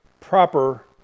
proper